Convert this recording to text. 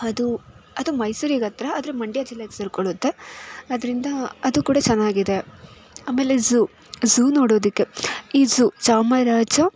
ಅದು ಅದು ಮೈಸೂರಿಗೆ ಹತ್ರ ಆದರೆ ಮಂಡ್ಯ ಜಿಲ್ಲೆಗೆ ಸೇರಿಕೊಳ್ಳುತ್ತೆ ಅದರಿಂದ ಅದು ಕೂಡ ಚೆನ್ನಾಗಿದೆ ಆಮೇಲೆ ಝೂ ಝೂ ನೋಡೋದಕ್ಕೆ ಈ ಝೂ ಚಾಮರಾಜ